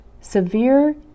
severe